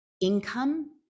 income